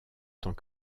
tant